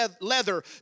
leather